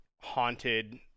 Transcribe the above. haunted